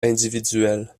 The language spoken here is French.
individuelle